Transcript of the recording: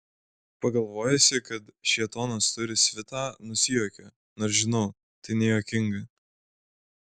pagalvojusi kad šėtonas turi svitą nusijuokiu nors žinau tai nejuokinga